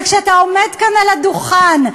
וכשאתה עומד כאן על הדוכן,